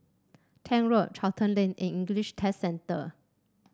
Tank Road Charlton Lane and English Test Centre